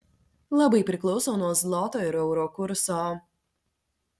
labai priklauso nuo zloto ir euro kurso